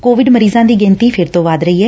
Covid ਮਰੀਜ਼ਾਂ ਦੀ ਗਿਣਤੀ ਫਿਰ ਤੋ ਵੱਧ ਰਹੀ ਐ